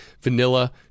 vanilla